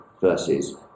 versus